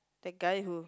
that guy who